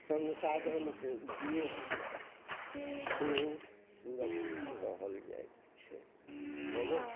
संसाधनके उपयोग कऽ सेहो सुरक्षित रहल जाइत छै भऽ गेल